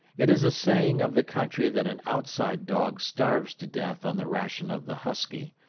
it is a saying of the country that an outside dog starves to death on the ration of the husky,